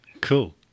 Cool